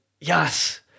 yes